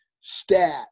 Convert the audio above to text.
stat